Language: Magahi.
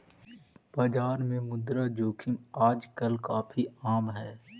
बाजार में मुद्रा जोखिम आजकल काफी आम हई